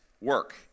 work